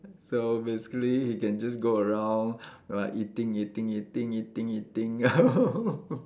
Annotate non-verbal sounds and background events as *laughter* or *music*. so basically he can just go around like eating eating eating eating eating *laughs*